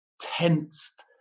tensed